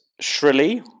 shrilly